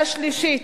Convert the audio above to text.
על השלישית,